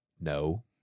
no